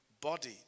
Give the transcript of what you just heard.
body